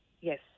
Yes